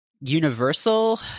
universal